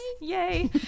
Yay